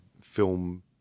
film